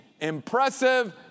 impressive